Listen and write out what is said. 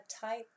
type